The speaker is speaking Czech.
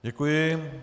Děkuji.